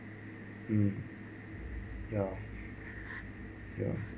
mm ya ya